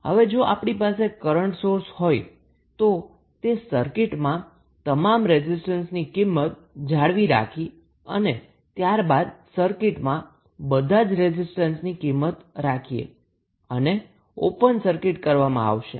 હવે જો આપણી પાસે કરન્ટ સોર્સ હોય તો તે સર્કિટમાં તમામ રેઝિસ્ટન્સની કિંમત જાળવી રાખી અને ત્યારબાદ સર્કિટમાં બધા જ રેઝિસ્ટન્સની કિંમત રાખી અને ઓપન સર્કિટ કરવામાં આવશે